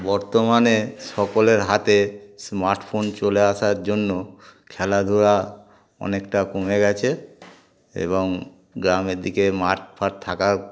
বর্তমানে সকলের হাতে স্মার্টফোন চলে আসার জন্য খেলাধুলা অনেকটা কমে গেছে এবং গ্রামের দিকে মাঠ ফাট থাকার